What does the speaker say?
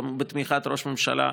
גם בתמיכת ראש הממשלה,